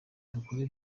dukore